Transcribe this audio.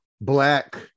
Black